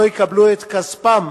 לא יקבלו את כספם,